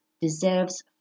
Deserves